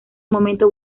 momento